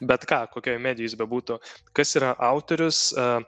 bet ką kokioje medijo jis bebūtų kas yra autorius a